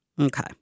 Okay